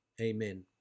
amen